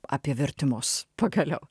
apie vertimus pagaliau